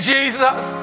Jesus